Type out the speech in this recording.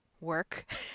work